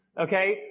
Okay